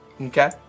Okay